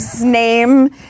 name